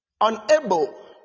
unable